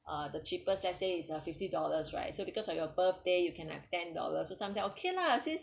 uh the cheapest let's say is a fifty dollars right so because of your birthday you can have ten dollars so something okay lah since